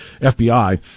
FBI